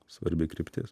svarbi kryptis